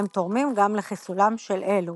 הם תורמים גם לחיסולם של אלו.